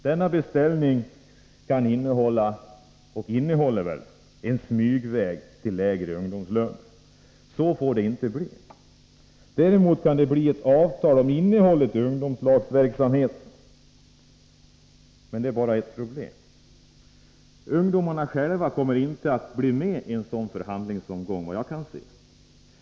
Denna beställning kan innehålla och innehåller väl en smygväg till lägre ungdomslöner. Så får det inte bli. Däremot kan det bli ett avtal om innehållet i ungdomslagsverksamheten. Det finns emellertid ett problem, och det är att ungdomarna själva, efter vad jag kan se, inte kommer att bli med i en sådan förhandlingsomgång.